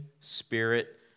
Spirit